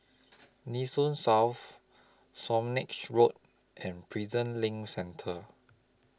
Nee Soon South Swanage Road and Prison LINK Centre